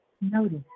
Notice